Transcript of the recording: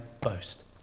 boast